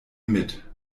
mit